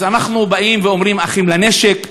אז אנחנו באים ואומרים: אחים לנשק,